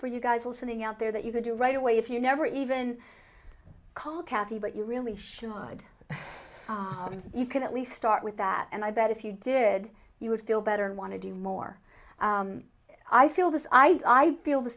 for you guys listening out there that you could do right away if you never even call cathy but you really should you can at least start with that and i bet if you did you would feel better and want to do more i feel this i feel the